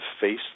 face